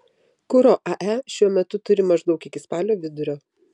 kuro ae šiuo metu turi maždaug iki spalio vidurio